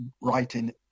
writing